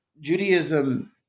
Judaism